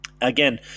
Again